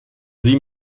sie